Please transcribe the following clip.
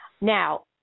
Now